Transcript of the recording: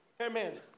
Amen